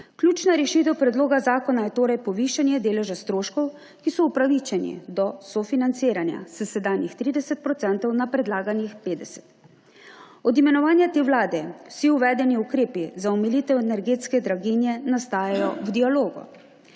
Ključna rešitev predloga zakona je torej povišanje deleža stroškov, ki so upravičeni do sofinanciranja s sedanjih 30 % na predlaganih 50 %. Od imenovanja te vlade vsi uvedeni ukrepi za omilitev energetske draginje nastajajo v dialogu.